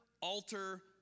alter